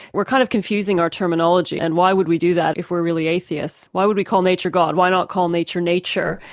we're kind of confusing our terminology, and why would we do that if we're really atheists? why would we call nature god? why not call nature, nature,